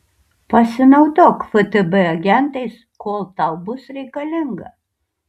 pasinaudok ftb agentais kol tau bus reikalinga